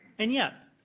and yet,